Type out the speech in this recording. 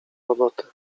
robotę